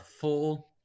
full